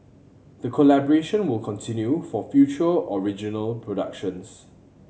the collaboration will continue for future original productions